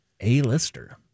A-lister